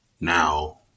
now